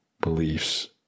beliefs